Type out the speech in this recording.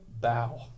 bow